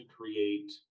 create